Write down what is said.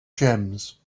gems